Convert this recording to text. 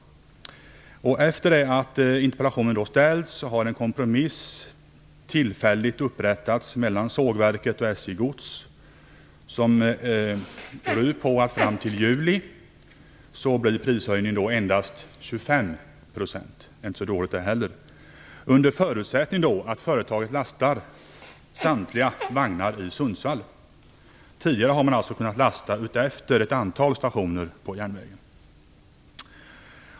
Efter det att interpellationen har framställts har en kompromiss tillfälligt upprättats mellan sågverket och SJ Gods. Den går ut på att fram till juli blir prishöjningen endast 25 %. Det är inte heller så litet. Detta gäller under förutsättning att företaget lastar samtliga vagnar i Sundsvall. Tidigare har man alltså kunnat lasta utefter ett antal stationer på järnvägen.